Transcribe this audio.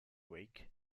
week